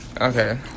Okay